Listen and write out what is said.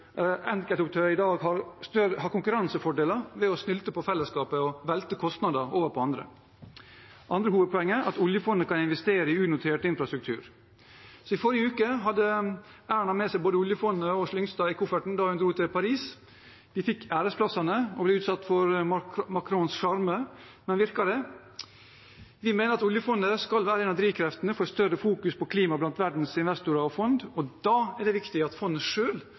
i dag har konkurransefordeler ved å snylte på fellesskapet og velte kostnader over på andre. Mitt andre hovedpoeng er at oljefondet kan investere i unotert infrastruktur. I forrige uke hadde Erna Solberg med seg både oljefondet og Yngve Slyngstad i kofferten da hun dro til Paris. De fikk æresplassene og ble utsatt for Macrons sjarme, men virket det? Vi mener at oljefondet skal være en av drivkreftene for et større fokus på klima blant verdens investorer og fond, og da er det viktig at fondet